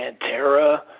Pantera